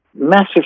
massive